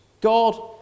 God